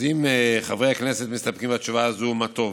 אם חברי הכנסת מסתפקים בתשובה הזאת מה טוב.